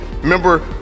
remember